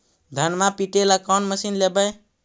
धनमा पिटेला कौन मशीन लैबै?